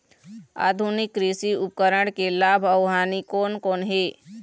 आधुनिक कृषि उपकरण के लाभ अऊ हानि कोन कोन हे?